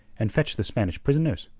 and fetch the spanish prisoners.